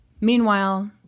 Meanwhile